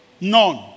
None